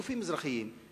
גופים אזרחיים,